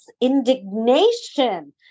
indignation